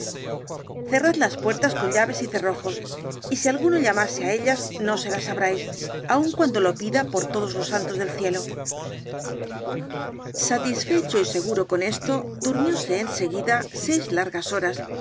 cerrad las puertas con llaves y cerrojos y si alguno llamase á ellas no se las abráis aun cuando lo pida por todos los santos del cielo el caballero de las botas azules satisfecho y seguro con esto durmióse en seguida seis largas horas